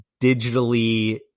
digitally